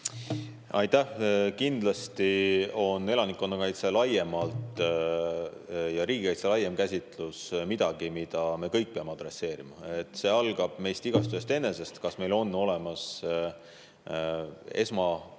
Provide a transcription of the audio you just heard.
Aitäh! Kindlasti on elanikkonnakaitse laiemalt ja riigikaitse laiem käsitlus midagi, mida me kõik peame adresseerima. See algab meist igaühest: kas meil on olemas